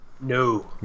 No